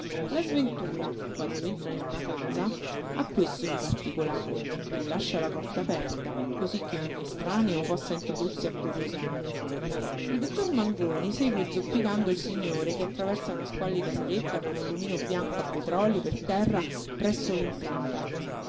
la sventura quando entra in una casa ha questo di particolare che lascia la porta aperta cosí che ogni estraneo possa introdursi a curiosare il dottor mangoni segue zoppicando il signore che attraversa una squallida saletta con un lumino bianco a petrolio per terra presso